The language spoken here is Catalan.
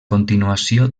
continuació